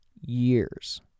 years